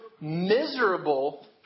miserable